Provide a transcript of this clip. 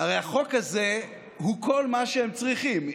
הרי החוק הזה הוא כל מה שהם צריכים.